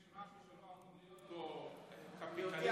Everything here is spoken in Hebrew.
אם יש משהו שלא אמור להיות בו קפיטליזם זה בחינוך.